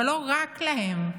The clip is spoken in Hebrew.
אבל לא רק להם.